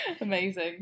Amazing